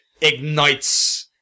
ignites